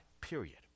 period